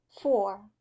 four